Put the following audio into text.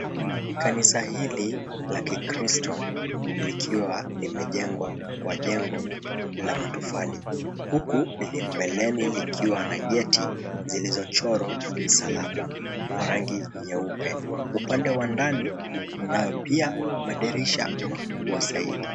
Kanisa hili la kikristo likiwa limejengwa kwa jengo la matofali huku mbeleni likiwa na gate zilizochorwa msalaba kwa rangi nyeupe. Upande wa ndani, kunayo pia madirisha makubwa zaidi.